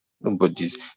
Nobody's